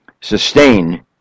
sustain